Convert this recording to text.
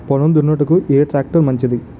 పొలం దున్నుటకు ఏ ట్రాక్టర్ మంచిది?